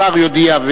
השר יודיע,